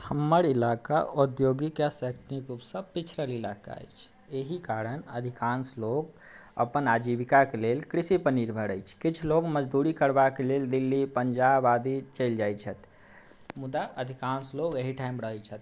हमर इलाका औद्योगिक आ शैक्षणिक रूप से पिछड़ल इलाका अछि एहि कारण अधिकांश लोक अपन आजीविकाके लेल कृषि पर निर्भर अछि किछु लोक मजदूरी करबाके लेल दिल्ली पञ्जाब आदि चलि जाइत छथि मुदा अधिकांश लोग एहिठाम रहै छथि